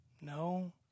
no